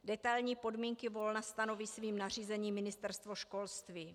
Detailní podmínky volna stanoví svým nařízením Ministerstvo školství.